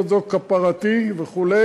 "זאת כפרתי" וכו'